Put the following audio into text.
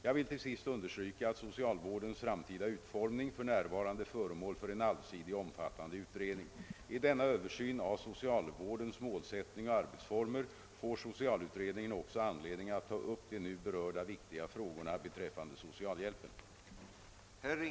Jag vill till sist understryka, att socialvårdens framtida utformning för närvarande är föremål för en allsidig och omfattande utredning. Vid denna översyn av socialvårdens målsättning och arbetsformer får socialutredningen också anledning att ta upp de nu berörda viktiga frågorna beträffande socialhjälpen.